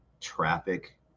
traffic